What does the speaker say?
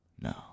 No